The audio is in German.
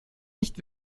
nicht